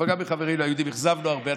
אבל גם מחברינו היהודים אכזבנו הרבה.